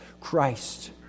Christ